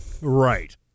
Right